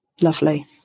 Lovely